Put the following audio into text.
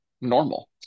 normal